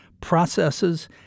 processes